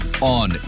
on